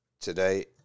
Today